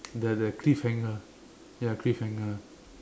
the the cliffhanger ya cliffhanger